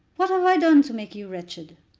what have i done to make you wretched?